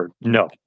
No